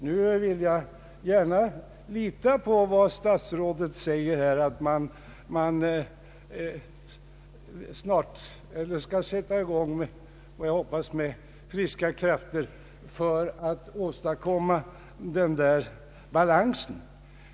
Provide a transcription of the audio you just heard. Jag vill gärna lita på vad statsrådet säger, att man snart skall sätta i gång med som jag hoppas friska krafter för att åstadkomma den rätta balansen.